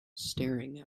staring